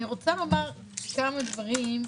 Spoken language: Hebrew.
אני רוצה לומר כמה דברים.